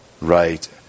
Right